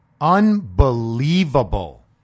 Unbelievable